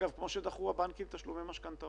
אגב, כמו שהבנקים דחו תשלומי משכנתאות.